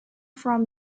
from